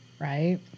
right